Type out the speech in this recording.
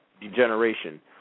degeneration